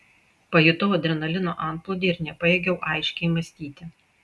pajutau adrenalino antplūdį ir nepajėgiau aiškiai mąstyti